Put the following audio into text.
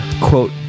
quote